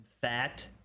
fat